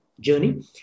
journey